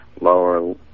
lower